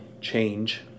change